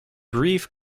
brief